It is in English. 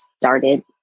started